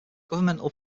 governmental